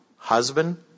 Husband